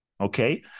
okay